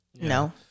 no